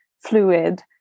fluid